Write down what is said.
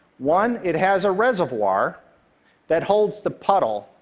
one, it has a reservoir that holds the puddle,